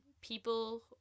people